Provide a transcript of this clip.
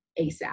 ASAP